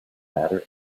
matter